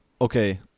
okay